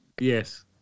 Yes